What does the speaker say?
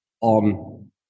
on